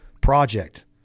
Project